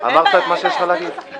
אמרת את מה שיש לך להגיד?